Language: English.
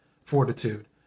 Fortitude